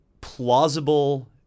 plausible